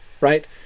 right